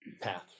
path